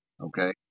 Okay